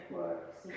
works